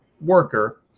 worker